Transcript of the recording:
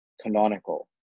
canonical